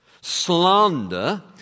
Slander